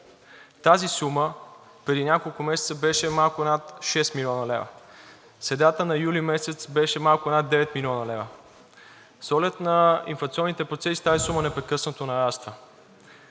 тази сума преди няколко месеца беше над 6 млн. лв., а в средата на месец юли беше малко над 9 млн. лв. С оглед на инфлационните процеси тази сума непрекъснато нараства